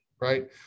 right